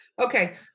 Okay